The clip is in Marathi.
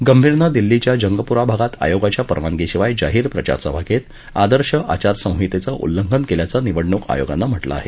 गंभीरनं दिल्लीच्या जंगपूरा भागात आयोगाच्या परवानगीशिवाय जाहीर प्रचारसभा घेत आदर्श आचारसंहितेचं उल्लंघन केल्याचं निवडणूक आयोगानं म्हटलं आहे